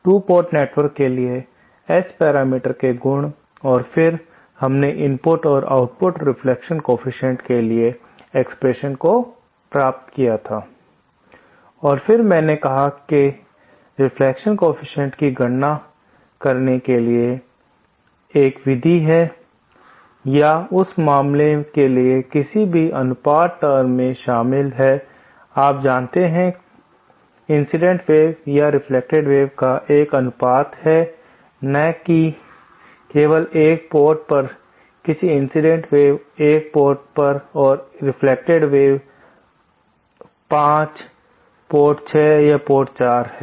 2 port network के लिए S parameter के गुण और फिर हमने इनपुट और आउटपुट रिफ्लेक्शन कोएफ़िशिएंट के लिए एक्सप्रेशन प्राप्त की थी और फिर मैंने कहा के रिफ्लेक्शन कोएफ़िशिएंट्स की गणना करने के लिए एक विधि है या उस मामले के लिए किसी भी अनुपात टर्म में शामिल है आप जानते हैं इंसिडेंट वेव या रेफ्लेक्टेड वेव का एक अनुपात है न की केवल एक पोर्ट पर लेकिन इंसिडेंट वेव एक पोर्ट पर और रेफ्लेक्टेड वेव पोर्ट 5 पोर्ट 6 या पोर्ट 4 है